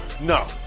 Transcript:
No